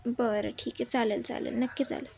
बरं ठीक आहे चालेल चालेल नक्की चालेल